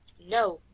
no,